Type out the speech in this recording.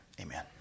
amen